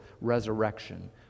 resurrection